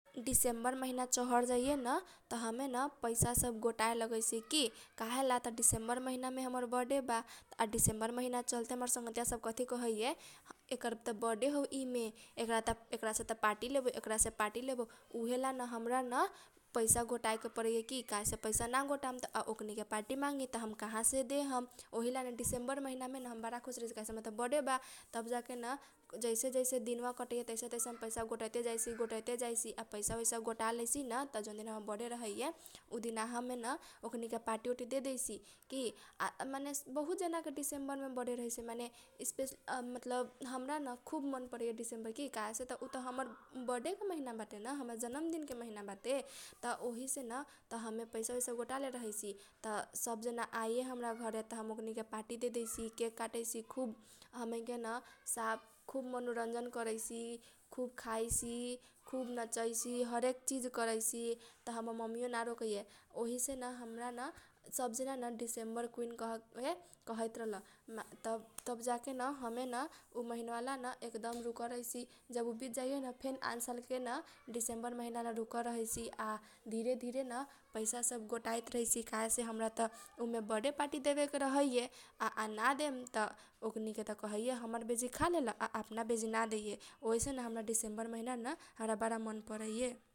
डिसेम्बर महिना चहर जाइए न त हमे न पैसा सब गोटाए लगैसी की त काहेला त डिसेम्बर महिना मे हमर बर्थडे बा डिसेम्बर महिना चहरते हमर संगघतीया सब कथी कहैये। येकर त बर्थडे हौ न महिना मे येकरा सेत पार्टी लेबौ उहेला न हमरा न पैसा गोटाए के परैए आ पैसा ना गोटाम त ओकनीके पार्टी मांगी त हम कहासे देहम । त ओहीलान डिसेम्बर महिना मे न हम बारा खुस रहैसी कहासे त हमर बर्थडे बा तब जाके न जैसे जैसे दिनबा कटैए तैसै तैसै हम पैसा गोटैते जाइसी गोटैते जाइसी आ पैसा औसा गोटा लेइसीइ न । त जौन दिन हमर बर्थडे रहैए उ दिनका हमेन ओकनीके पार्टी ओटी देदैसी की आ आ माने बहुत जना के डिसेम्बर मे बर्थडे रहैसै। सपेसली मतलब हमरा न खुब मन परैये डिसेम्बर महिना की काहेसे त उत हमर बर्थडे के महिना बाटे न हमर जन्मदिन के महिना बाटे। त ओहीसे न हमे पैसा औसा गोटा लेल रहैसी त सब जना आइए हमरा घरे त हम ओकनीके पार्टी देदैसी केक काटैसी खुब हमनी के न साफ खुब मनोरञ्जन करैसी, खुब खाइसी, खुब नचैसी, हरेक चिज करैसी। त हमर ममीयो ना रोकैए ओहीसे न हमरा न सब जना न‌ डिसेम्बर कुउइन कहैए कहैत रहल तब तब जाके न हमे न उ महिना बा एकदम रूकल रहैसी। जब बित जाइए न फेन आन सालके डिसेम्बर महिना ला रूकल रहैसी आ धिरे धिरे न पैसा सब गोटाइत रहैसी कहासे हमरा त उमे बर्थडे पार्टी देबेके रहैए। आ ना देमन त ओकनीके कहैए हमनी बेजी खालेल आ अपना बेजी ना दिए ओहिसेन हमरा न डिसेम्बर महिना न हमरा बारा मन परैये ।